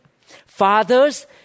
Fathers